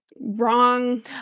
wrong